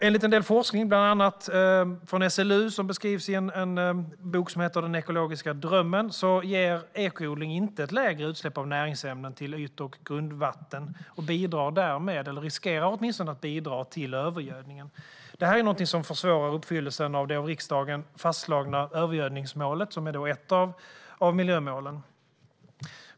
Enligt en del forskning, bland annat från SLU, som beskrivs i boken Den ekologiska drömmen ger ekoodling inte ett lägre utsläpp av näringsämnen till yt och grundvatten och riskerar att bidra till övergödningen. Det är något som försvårar uppfyllelsen av det av riksdagen fastslagna övergödningsmålet, som är ett av miljömålen.